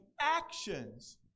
actions